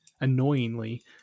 Annoyingly